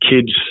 kids